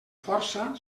força